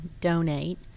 donate